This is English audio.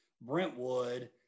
Brentwood